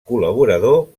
col·laborador